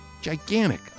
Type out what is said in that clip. Gigantic